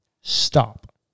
Stop